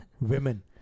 women